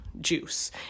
juice